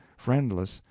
friendless,